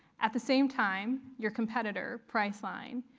at the same time your competitor, priceline,